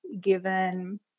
given